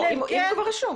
אלא אם כן --- אם כבר רשום.